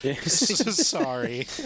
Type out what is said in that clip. Sorry